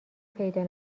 پیدا